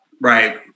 Right